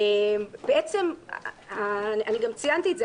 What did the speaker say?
גם ציינתי את זה,